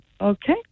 okay